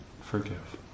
forgive